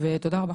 תודה רבה.